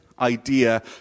idea